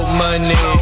money